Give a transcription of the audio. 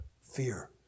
Fear